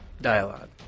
Dialogue